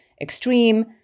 extreme